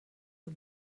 the